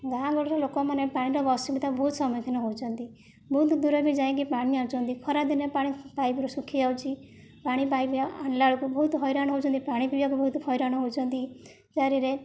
ଗାଁଗହଳିର ଲୋକମାନେ ପାଣିର ଅସୁବିଧା ବହୁତ ସମ୍ମୁଖୀନ ହେଉଛନ୍ତି ବହୁତ ଦୂର ବି ଯାଇକି ପାଣି ଆଣୁଛନ୍ତି ଖରାଦିନେ ପାଣି ପାଇପ୍ରୁ ଶୁଖିଯାଉଛି ପାଣି ପାଇପ୍ ଆଣିଲା ବେଳକୁ ବହୁତ ହଇରାଣ ହେଉଛନ୍ତି ପାଣି ପିଇବାକୁ ବହୁତ ହଇରାଣ ହେଉଛନ୍ତି ଚାରିରେ